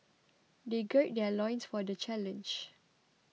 they gird their loins for the challenge